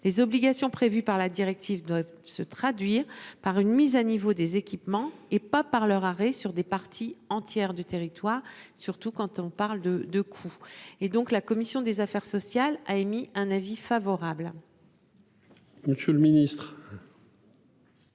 Les obligations prévues par la directive doit se traduire par une mise à niveau des équipements et pas par leur arrêt sur des parties entières du territoire. Surtout quand on parle de, de coups et donc la commission des affaires sociales a émis un avis favorable.-- Monsieur le Ministre.--